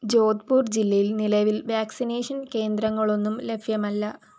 ജോധ്പൂർ ജില്ലയിൽ നിലവിൽ വാക്സിനേഷൻ കേന്ദ്രങ്ങളൊന്നും ലഭ്യമല്ല